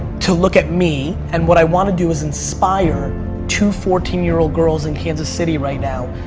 to look at me and what i want to do is inspire two fourteen year old girls in kansas city, right now,